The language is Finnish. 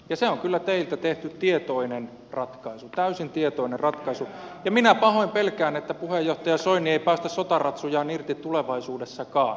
se on kyllä teiltä tehty tietoinen ratkaisu täysin tietoinen ratkaisu ja minä pahoin pelkään että puheenjohtaja soini ei päästä sotaratsujaan irti tulevaisuudessakaan